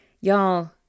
y'all